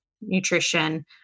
nutrition